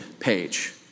page